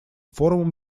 форумом